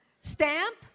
Stamp